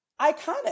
iconic